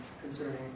concerning